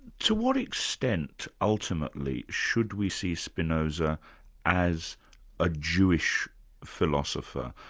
to what extent ultimately should we see spinoza as a jewish philosopher?